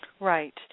Right